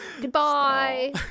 Goodbye